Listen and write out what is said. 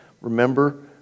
remember